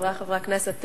חברי חברי הכנסת,